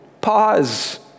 Pause